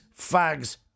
fags